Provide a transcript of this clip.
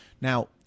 Now